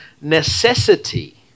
necessity